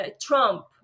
Trump